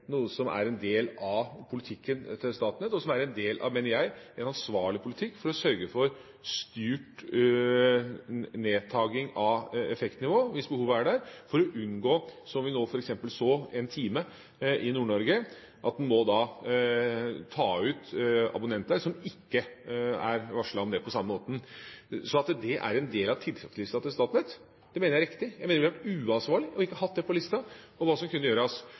noe som er en del av Statnetts politikk. Det mener jeg er en del av en ansvarlig politikk for å sørge for styrt nedtaking av effektnivået hvis behovet er der, for å unngå at vi – som vi f.eks. nå så en time i Nord-Norge – må ta ut abonnenter som ikke er varslet om det på samme måte. At det er en del av tiltakslisten til Statnett, mener jeg er riktig. Jeg mener at det hadde vært uansvarlig å ikke ha det på listen over hva som kan gjøres.